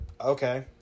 okay